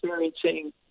experiencing